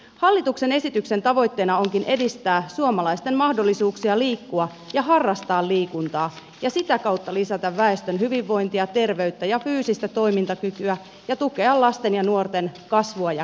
hallituksen esityksen tavoitteena onkin edistää suomalaisten mahdollisuuksia liikkua ja harrastaa liikuntaa ja sitä kautta lisätä väestön hyvinvointia terveyttä ja fyysistä toimintakykyä ja tukea lasten ja nuorten kasvua ja kehitystä